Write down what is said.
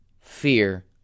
fear